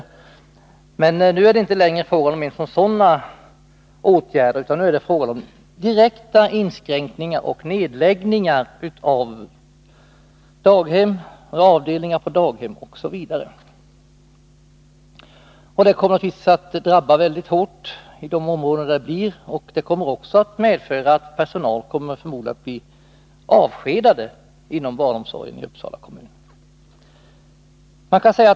Nu är det emellertid inte längre fråga om ens sådana åtgärder, utan nu är det fråga om direkta inskränkningar och nedläggningar när det gäller daghem eller avdelningar på daghem osv. Detta kommer naturligtvis att drabba de aktuella områdena mycket hårt, och det kommer också att medföra att personal förmodligen avskedas inom barnomsorgen i Uppsala kommun.